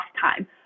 time